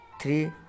three